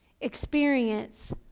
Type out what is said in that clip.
Experience